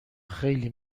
خیلی